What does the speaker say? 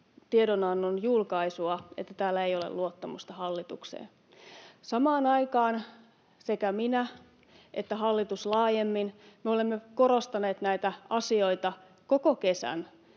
tiedonannon julkaisua, että täällä ei ole luottamusta hallitukseen. Samaan aikaan me — sekä minä että hallitus laajemmin — olemme korostaneet näitä asioita, koko kesän.